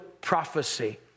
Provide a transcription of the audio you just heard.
prophecy